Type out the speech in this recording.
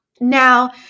Now